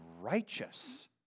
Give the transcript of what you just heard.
righteous